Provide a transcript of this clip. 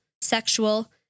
sexual